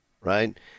right